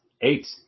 Eight